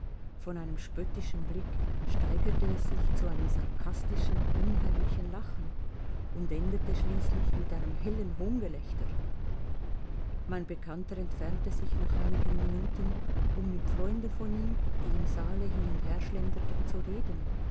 von einem spöttischen blick steigerte es sich zu einem sarkastischen unheimlichen lachen und endete schließlich mit einem hellen hohngelächter mein bekannter entfernte sich nach einigen minuten um mit freunden von ihm die im saale hin und herschlenderten zu reden